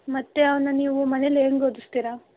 ಮತ್ತೆ ಅವ್ನನ್ನ ನೀವು ಮನೆಯಲ್ಲಿ ಹೇಗೆ ಓದಿಸ್ತೀರಾ